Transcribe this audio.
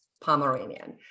Pomeranian